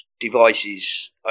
devices